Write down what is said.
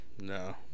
no